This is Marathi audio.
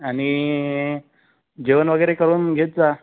आणि जेवण वगैरे करून घेत जा